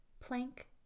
plank